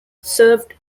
served